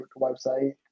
website